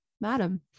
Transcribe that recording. madam